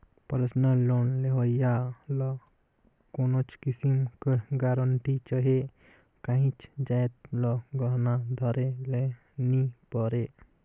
personal loan लेहोइया ल कोनोच किसिम कर गरंटी चहे काहींच जाएत ल गहना धरे ले नी परे